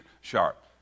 sharp